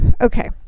Okay